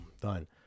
done